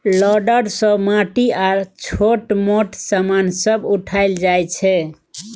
loader सँ माटि आ छोट मोट समान सब उठाएल जाइ छै